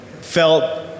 felt